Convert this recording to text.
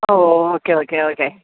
oh okay okay okay